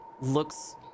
looks